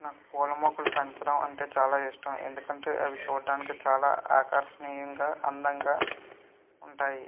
నాకు పూల మొక్కలు పెంచడం అంటే చాలా ఇష్టం ఎందుకంటే అవి చూడడానికి చాలా ఆకర్షణీయంగా అందంగా ఉంటాయి